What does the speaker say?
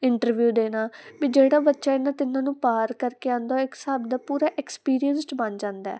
interview ਦੇਣਾ ਵੀ ਜਿਹੜਾ ਬੱਚਾ ਇਹਨਾਂ ਤਿੰਨਾਂ ਨੂੰ ਪਾਰ ਕਰਕੇ ਆਉਂਦਾ ਇੱਕ ਹਿਸਾਬ ਦਾ ਪੂਰਾ ਐਕਸਪੀਰੀਐਂਸਡ ਬਣ ਜਾਂਦਾ